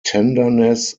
tenderness